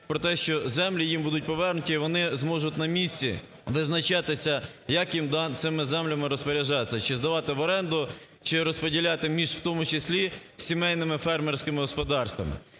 про те, що землі їм будуть повернуті, і вони зможуть на місці визначатися, як їм цими землями розпоряджатися: чи здавати в оренду, чи розподіляти між, в тому числі сімейними фермерськими господарствами.